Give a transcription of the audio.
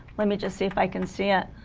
let me just see if i can see it